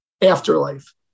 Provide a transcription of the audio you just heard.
afterlife